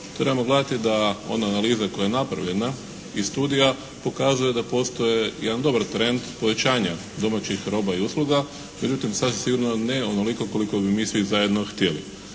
trebamo gledati da ona analiza koja je napravljena i studija pokazuje da postoje jedan dobar trend povećanja domaćih roba i usluga. Međutim, sasvim sigurno ne onoliko koliko bi mi svi zajedno htjeli.